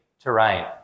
terrain